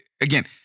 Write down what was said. again